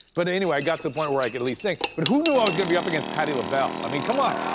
but anyway, i got to a point where i could at least sing. but who new i was gonna be up against patti labelle! i mean, come on!